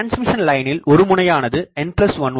இந்த டிரான்ஸ்மிஷன்லைனில் ஒரு முனையானது n1